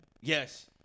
Yes